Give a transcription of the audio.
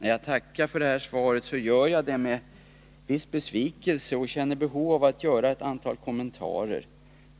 När jag tackar för detta svar, gör jag det med viss besvikelse och känner behov av att göra att antal kommentarer.